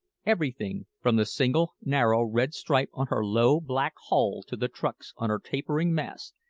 everything, from the single narrow red stripe on her low, black hull to the trucks on her tapering masts,